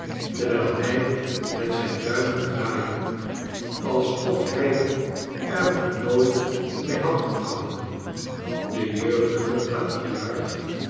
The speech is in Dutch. terwijl hij met zijn duimeu draaide alsof hij er nog nooit mee had opgehouden de jeugdige patriarch